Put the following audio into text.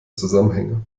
zusammenhänge